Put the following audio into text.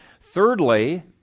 Thirdly